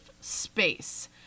space